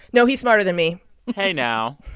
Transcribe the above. no, he's smarter than me hey now.